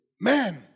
Man